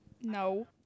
No